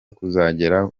kuzagera